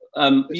um,